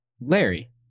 Larry